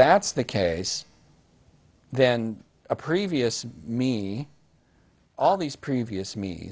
that's the case then a previous me all these previous me